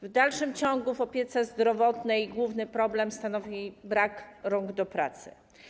W dalszym ciągu w opiece zdrowotnej główny problem stanowi brak rąk do pracy.